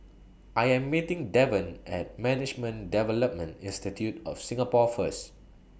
I Am meeting Devon At Management Development Institute of Singapore First